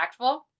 impactful